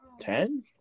Ten